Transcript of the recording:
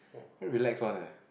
very relax one eh